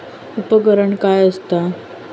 उपकरण काय असता?